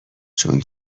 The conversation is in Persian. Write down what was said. چون